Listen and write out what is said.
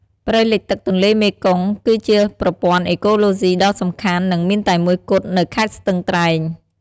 ព្រៃលិចទឹកទន្លេមេគង្គ គឺជាប្រព័ន្ធអេកូឡូស៊ីដ៏សំខាន់ និងមានតែមួយគត់នៅខេត្តស្ទឹងត្រែង។